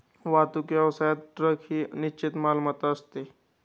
वाहतूक व्यवसायात ट्रक ही निश्चित मालमत्ता असते